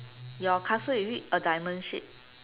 your castle is it a diamond shape